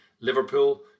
Liverpool